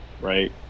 right